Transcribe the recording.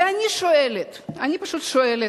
ואני שואלת, פשוט שואלת: